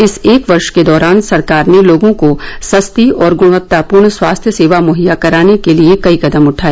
इस एक वर्ष के दौरान सरकार ने लोगों को सस्ती और ग्णवत्तापूर्ण स्वास्थ्य सेवा मुहैया कराने के लिए कई कदम उठाए